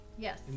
Yes